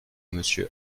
monsieur